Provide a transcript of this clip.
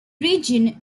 region